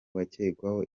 bakekwaho